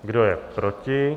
Kdo je proti?